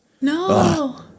No